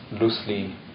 loosely